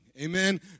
Amen